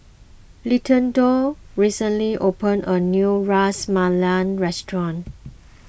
Littleton recently opened a new Ras Malai restaurant